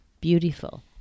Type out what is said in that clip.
beautiful